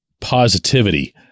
positivity